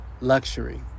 luxury